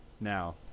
now